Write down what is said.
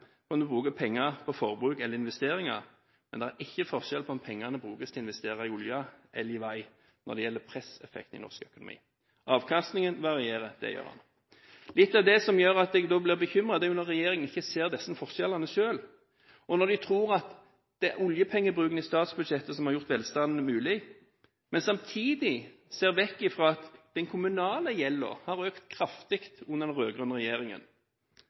men det er ikke forskjell på om pengene brukes til å investere i olje eller i vei når det gjelder presseffekt i norsk økonomi. Avkastningen varierer, det gjør den. Litt av det som gjør at jeg blir bekymret, er at regjeringen ikke ser disse forskjellene selv, og tror at det er oljepengebruken over statsbudsjettet som har gjort velstanden mulig, men samtidig ser vekk fra at den kommunale gjelden har økt kraftig nettopp under den rød-grønne regjeringen.